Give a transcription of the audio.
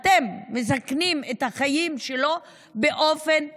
אתם, מסכנים את החיים שלו באופן מיידי.